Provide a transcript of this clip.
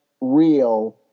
real